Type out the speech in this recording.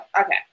okay